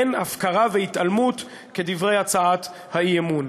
אין הפקרה והתעלמות, כדברי הצעת האי-אמון.